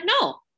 no